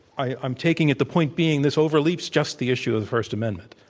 i'm taking it the point being this overleaps just the issue of the first amendment.